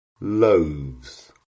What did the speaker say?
loaves